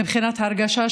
מבחינת ההרגשה,